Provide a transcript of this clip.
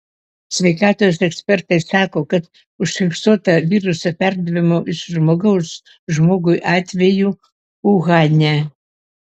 sveikatos ekspertai sako kad užfiksuota viruso perdavimo iš žmogaus žmogui atvejų uhane